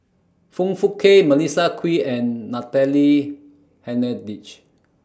Foong Fook Kay Melissa Kwee and Natalie Hennedige